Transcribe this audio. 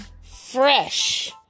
Fresh